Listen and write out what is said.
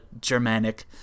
Germanic